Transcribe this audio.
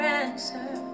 answer